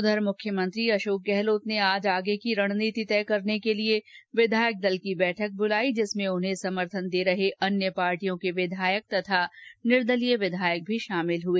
उधर मुख्यमंत्री अशोक गहलोत ने आज आगे की रणनीति तय करने के लिए विधायक दल की बैठक ब्लाई जिसमें उन्हें समर्थन दे रहे अन्य पार्टियों के विधायक तथा निदर्लीय विधायक भी शामिल हुए